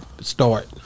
start